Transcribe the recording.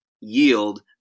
yield